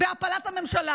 בהפלת הממשלה.